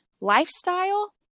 lifestyle